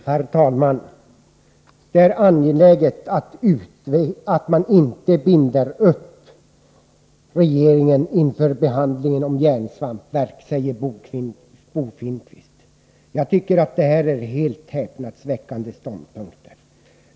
Herr talman! Det är angeläget att man inte binder upp regeringen inför behandlingen av frågan om järnsvampsverket, säger Bo Finnkvist. Jag tycker att detta är en helt häpnadsväckande ståndpunkt.